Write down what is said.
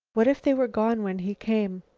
what if they were gone when he came?